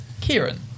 Kieran